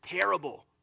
terrible